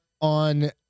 on